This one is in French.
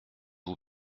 vous